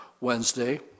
Wednesday